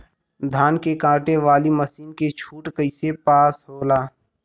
धान कांटेवाली मासिन के छूट कईसे पास होला?